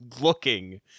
looking